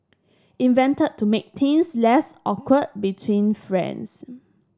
invented to make things less awkward between friends